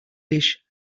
dish